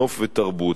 נוף ותרבות.